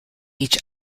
each